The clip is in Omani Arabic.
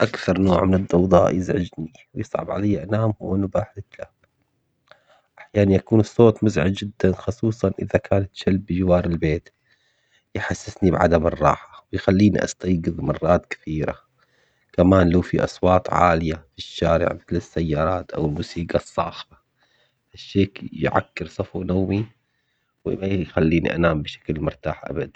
أكثر نوع من الضوضاء يزعجني ويصعب عليا أنام هو نباح الكلاب، أحيان يكون الصوت مزعج جداً خصوصاً إذا كان الكلب بجوار البيت يحسسني بعدم الراحة، ويخليني أستيقظ مرات كثيرة، كمان لو في أصوات عالية في الشارع مثل السيارات أو الموسيقى الصاخبة، هالشي يك- يعكر صفو نومي وي- وما يخليني أنام بشكل مرتاح أبد.